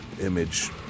image